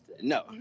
no